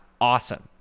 awesome